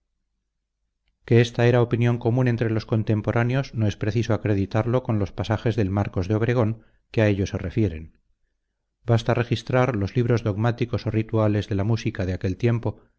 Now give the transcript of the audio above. esta era opinión común entre los contemporáneos no es preciso acreditarlo con los pasajes del marcos de obregón que a ello se refieren basta registrar los libros dogmáticos o rituales de la música de aquel tiempo